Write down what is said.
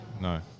No